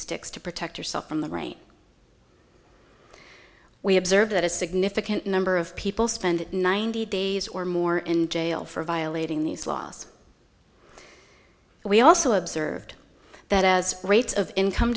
sticks to protect yourself from the rain we observe that a significant number of people spend ninety days or more in jail for violating these laws we also observed that as rates of income